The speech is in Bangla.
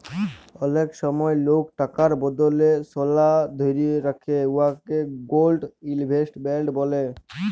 অলেক সময় লক টাকার বদলে সলা ধ্যইরে রাখে উয়াকে গোল্ড ইলভেস্টমেল্ট ব্যলে